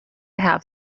have